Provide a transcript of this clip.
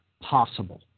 possible